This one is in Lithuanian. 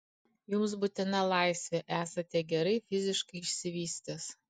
jums būtina laisvė esate gerai fiziškai išsivystęs